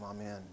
Amen